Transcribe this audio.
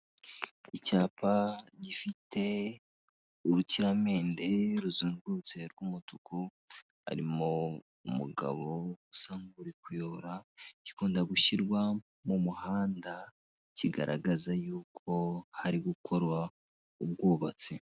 Icyapa gifite urukiramende ruzungurutse rw'umutuku harimo umugabo usa nk'uri kuyobora, gikunda gushyirwa mu muhanda kigaragaza yuko hari gukorwa ubwubatsi.